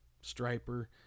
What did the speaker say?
Striper